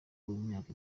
w’imyaka